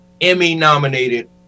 Emmy-nominated